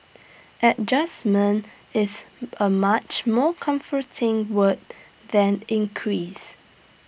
adjustment is A much more comforting word than increase